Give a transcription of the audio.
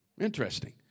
Interesting